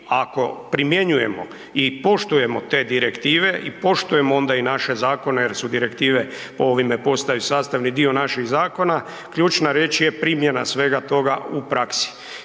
ako primjenjujemo i poštujemo te direktive i poštujemo onda i naše zakone jer su direktive po ovime postaju i sastavni dio naših zakona, ključna riječ je primjena svega toga u praksi.